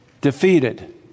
defeated